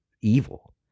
evil